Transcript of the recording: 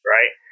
Right